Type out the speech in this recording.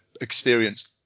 experienced